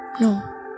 No